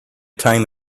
time